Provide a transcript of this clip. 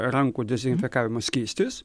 rankų dezinfekavimo skystis